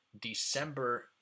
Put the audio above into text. December